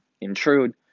intrude